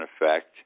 effect